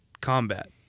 combat